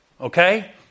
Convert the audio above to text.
okay